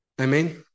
Amen